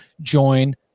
join